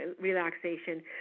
relaxation